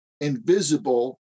invisible